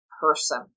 person